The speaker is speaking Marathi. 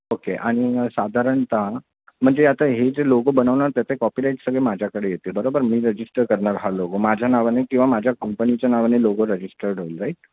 ओके आणि साधारणतः म्हणजे आता हे जे लोगो बनवणार त्याचे कॉपिराईट सगळे माझ्याकडे येतील बरोबर मी रजिस्टर करणार हा लोगो माझ्या नावाने किंवा माझ्या कंपनीच्या नावाने लोगो रजिस्टर्ड होईल राईट